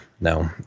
no